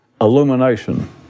illumination